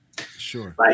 sure